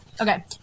Okay